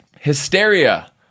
Hysteria